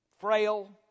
frail